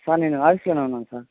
sir నేను ఆఫీస్లోనే ఉన్నాను సార్